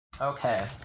Okay